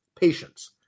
patience